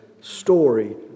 story